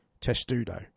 Testudo